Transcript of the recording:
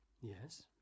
yes